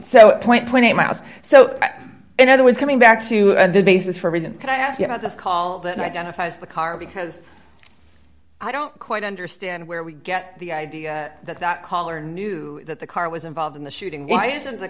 so point point eight miles so in other words coming back to the basis for it can i ask you about the call that identifies the car because i don't quite understand where we get the idea that that caller knew that the car was involved in the shooting why isn't the